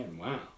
wow